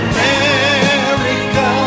America